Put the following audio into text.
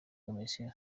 komisiyo